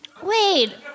Wait